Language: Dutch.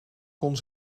kon